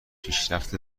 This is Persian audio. پیشرفت